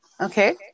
Okay